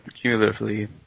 cumulatively